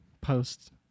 post